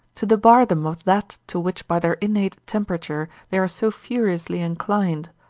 to debar them of that to which by their innate temperature they are so furiously inclined,